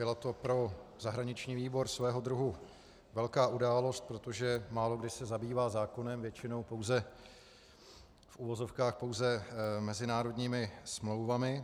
Byla to pro zahraniční výbor svého druhu velká událost, protože málokdy se zabývá zákonem, většinou pouze v uvozovkách pouze mezinárodními smlouvami.